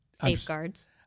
safeguards